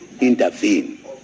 intervene